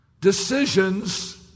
Decisions